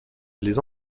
les